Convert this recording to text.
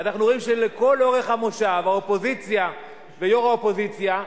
אנחנו רואים שלאורך כל המושב האופוזיציה ויושבת-ראש האופוזיציה,